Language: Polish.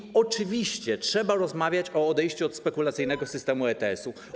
I oczywiście trzeba rozmawiać o odejściu od spekulacyjnego systemu ETS-u.